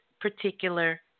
particular